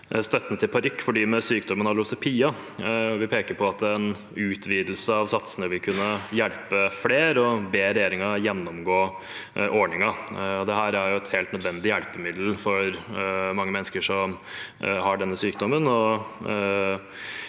støtten til parykk til dem med sykdommen alopecia. Vi peker på at en utvidelse av satsene vil kunne hjelpe flere og ber regjeringen gjennomgå ordningen. Dette er et helt nødvendig hjelpemiddel for mange mennesker som har denne sykdommen.